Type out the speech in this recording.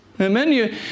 Amen